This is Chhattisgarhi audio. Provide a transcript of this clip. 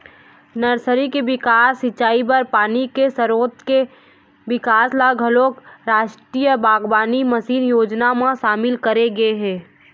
नरसरी के बिकास, सिंचई बर पानी के सरोत के बिकास ल घलोक रास्टीय बागबानी मिसन योजना म सामिल करे गे हे